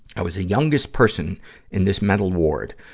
i was the youngest person in this mental ward.